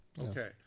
Okay